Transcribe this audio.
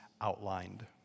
outlined